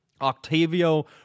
Octavio